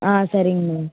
ஆ சரிங்கமா